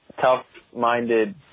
tough-minded